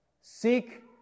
Seek